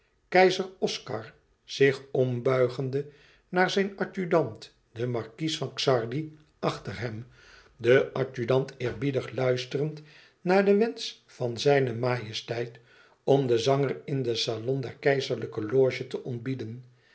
keizer oscar zich ombuigende naar zijn adjudant den markies van xardi achter hem de adjudant eerbiedig luisterend naar den wensch van zijne majesteit om den zanger in den salon der keizerlijke loge te ontbieden